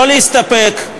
לא להסתפק,